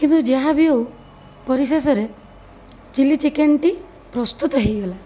କିନ୍ତୁ ଯାହା ବି ହଉ ପରିଶେଷରେ ଚିଲ୍ଲି ଚିକେନ୍ଟି ପ୍ରସ୍ତୁତ ହେଇଗଲା